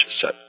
set